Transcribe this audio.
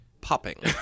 popping